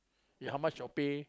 eh how much your pay